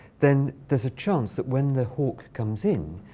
then there's a chance that when the hawk comes in,